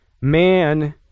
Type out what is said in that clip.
man